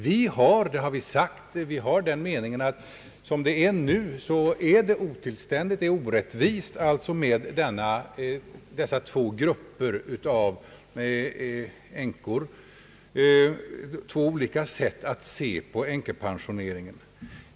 Vi har — det har vi sagt — den uppfattningen att det är orättvist med uppdelningen i två grupper av änkor och två olika sätt att se på änkepensioneringen.